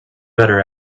better